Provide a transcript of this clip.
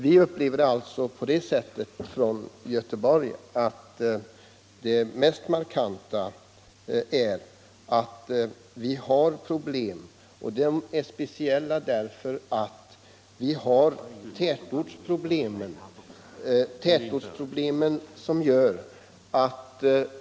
Vi har i Göteborg de speciella tätortsproblemen.